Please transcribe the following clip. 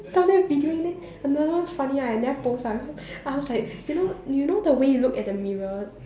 down there videoing then another one funny one I never post ah cause I was like you know you know the way you look at the mirror